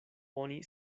oni